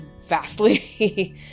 vastly